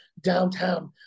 downtown